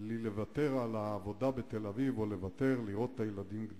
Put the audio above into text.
לי לוותר על העבודה בתל-אביב או לוותר על לראות את הילדים גדלים.